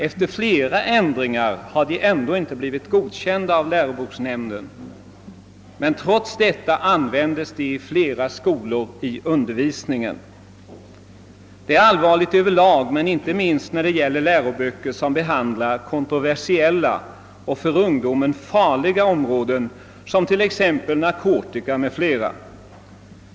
Efter flera ändringar har de ändå inte godkänts av läroboksnämnden, men trots detta används de i flera skolor i undervisningen. Detta är alltid allvarligt men inte minst när det gäller läroböcker som behandlar kontroversiella och för ungdomen farliga områden som t.ex. narkotika.